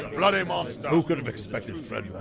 bloody monster! who could've expected fred yeah